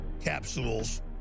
capsules